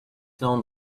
known